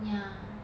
ya